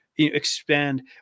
expand